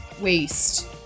waste